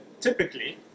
typically